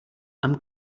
i’m